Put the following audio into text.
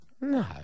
No